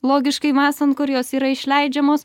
logiškai mąstant kur jos yra išleidžiamos